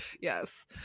Yes